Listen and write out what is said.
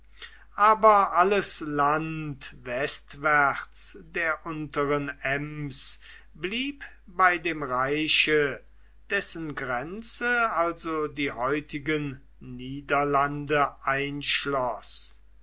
aber alles land westwärts der unteren ems blieb bei dem reiche dessen grenze also die heutigen niederlande einschloß